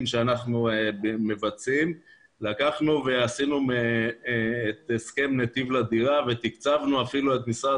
שאנחנו מבצעים ועשינו הסכם נתיב לדירה ותקצבנו אפילו את משרד